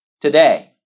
today